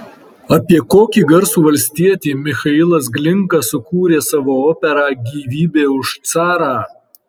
apie kokį garsų valstietį michailas glinka sukūrė savo operą gyvybė už carą